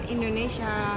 Indonesia